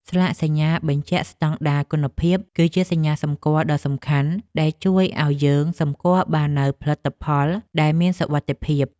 ស្លាកសញ្ញាបញ្ជាក់ស្តង់ដារគុណភាព គឺជាសញ្ញាសម្គាល់ដ៏សំខាន់ដែលជួយឱ្យយើងសម្គាល់បាននូវផលិតផលដែលមានសុវត្ថិភាព។